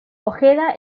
ojeda